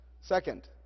Second